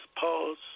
pause